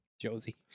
Josie